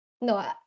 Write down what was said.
no